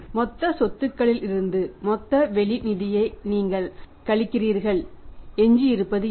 மொத்த சொத்துக்களிலிருந்து மொத்த வெளி நிதியை நீங்கள் கழிக்கிறீர்கள் எஞ்சியிருப்பது என்ன